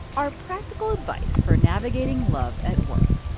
our practical advice for navigating love at work